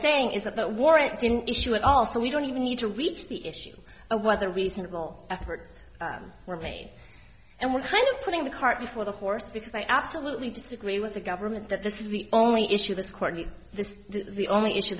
saying is that that warrant didn't issue at all so we don't even need to reach the issue of whether a reasonable effort were made and what kind of putting the cart before the horse because i absolutely disagree with the government that this is the only issue this court and this is the only issue